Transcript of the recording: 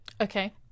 Okay